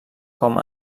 com